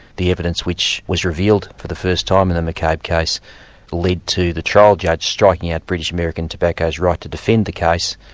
the evidence which was revealed for the first time in the mccabe case led to the trial judge striking out british american tobacco's right to defend the case.